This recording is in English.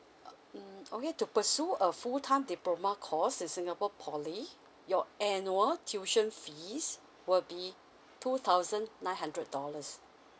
uh mm okay to pursue a full time diploma course in singapore poly your annual tuition fees will be two thousand nine hundred dollars